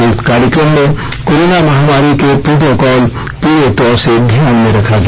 उक्त कार्यक्रम में कोरोना महामारी के प्रोटोकॉल पूरे तौर से ध्यान में रखा गया